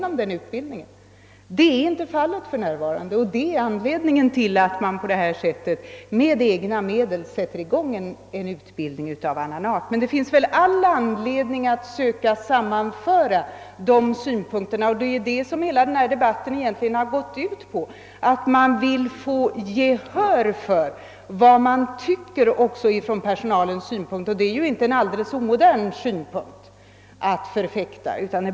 Så är inte fallet för närvarande, och det är anledningen till att man på det här sättet med egna medel sätter i gång en utbildning av annan art. Men det finns all anledning att söka sammanfatta synpunkterna. Vad den här debatten har gått ut på är att personalen vill få gehör för sina synpunkter, och det är ju inte alldeles omodernt att förfäkta något sådant.